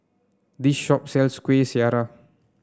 this shop sells Kueh Syara